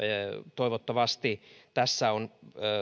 toivottavasti tässä on